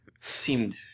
seemed